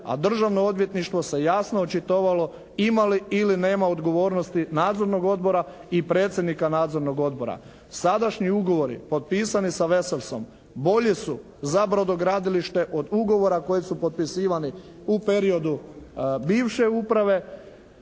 a Državno odvjetništvo se jasno očitovalo ima li ili nema li odgovornosti Nadzornog odbora i predsjednika Nadzornog odbora. Sadašnji ugovori potpisani sa "Veselsom" bolji su za brodogradilište od ugovora koji su potpisivani u periodu bivše uprave.